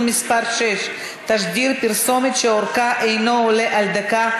מס' 6) (תשדיר פרסומת שאורכה אינו עולה על דקה),